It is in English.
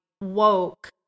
woke